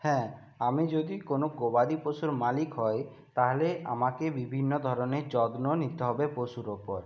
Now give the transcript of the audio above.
হ্যাঁ আমি যদি কোনো গবাদি পশুর মালিক হই তাহলে আমাকে বিভিন্ন ধরণের যত্ন নিতে হবে পশুর ওপর